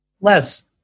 Les